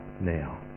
now